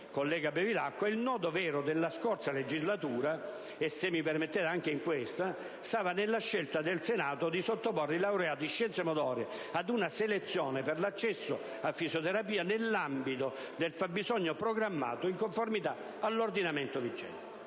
collega Bevilacqua, nella scorsa legislatura - e se mi permettete anche in questa - il nodo vero stava nella scelta del Senato di sottoporre i laureati in scienze motorie ad una selezione per l'accesso a fisioterapia nell'ambito del fabbisogno programmato, in conformità all'ordinamento vigente.